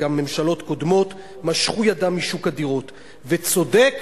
גם ממשלות קודמות משכו ידן משוק הדירות, וצודק